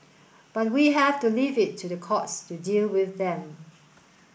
but we have to leave it to the courts to deal with them